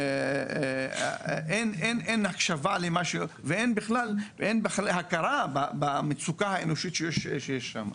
אין הקשבה בכלל ואין בכלל הכרה במצוקה האנושית שיש שם.